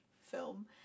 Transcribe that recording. film